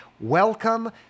welcome